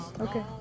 Okay